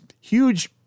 huge